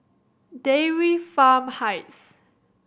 Dairy Farm Heights